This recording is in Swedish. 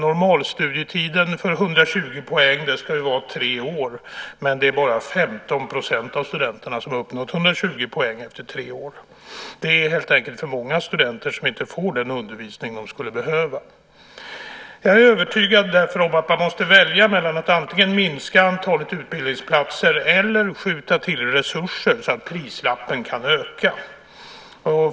Normalstudietiden för 120 poäng ska vara tre år, men det är bara 15 % av studenterna som har nått 120 poäng efter tre år. Det är helt enkelt för många studenter som inte får den undervisning som de skulle behöva. Jag är därför övertygad om att man måste välja att antingen minska antalet utbildningsplatser eller skjuta till resurser så att prislappen kan öka.